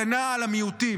איפה ההגנה על המיעוטים?